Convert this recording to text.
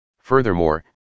Furthermore